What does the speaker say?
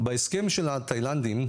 בהסכם של התאילנדים,